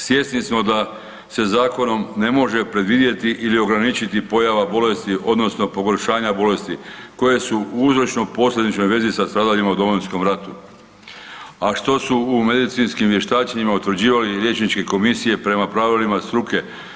Svjesni smo da se zakonom ne može predvidjeti ili ograničiti pojava bolesti odnosno pogoršanja bolesti koje su u uzročno posljedičnoj vezi sa stradalima u Domovinskom ratu, a što su u medicinskim vještačenjima utvrđivali liječničke komisije prema pravilima struke.